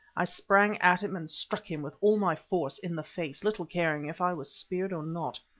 i sprang at him and struck him with all my force in the face, little caring if i was speared or not.